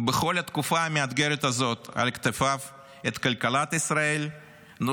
על כתפיו את כלכלת ישראל בכל התקופה המאתגרת הזאת,